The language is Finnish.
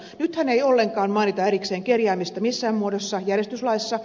nythän ei ollenkaan mainita erikseen kerjäämistä missään muodossa järjestyslaissa